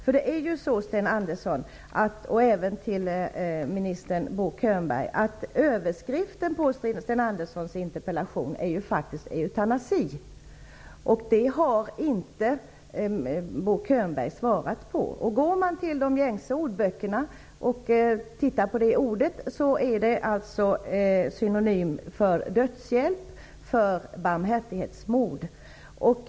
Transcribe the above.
Överskriften på Sten Anderssons interpellation var faktiskt eutanasi, men det har inte Bo Könberg tagit upp. I de gängse ordböckerna är eutanasi synonym för dödshjälp, barmhärtighetsmord.